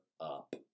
up